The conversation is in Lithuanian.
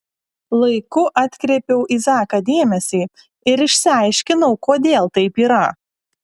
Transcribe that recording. laiku atkreipiau į zaką dėmesį ir išsiaiškinau kodėl taip yra